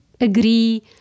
agree